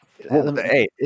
hey